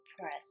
press